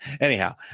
anyhow